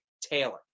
Taylor